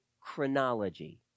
chronology